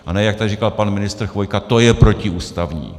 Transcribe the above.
A ne, jak tady říkal pan ministr Chvojka: To je protiústavní.